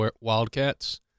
Wildcats